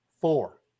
four